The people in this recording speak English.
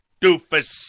doofus